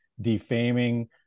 defaming